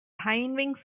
hindwings